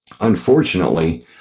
Unfortunately